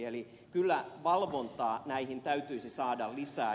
eli kyllä valvontaa näihin täytyisi saada lisää